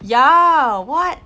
ya what